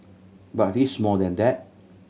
but he's more than that